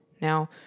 Now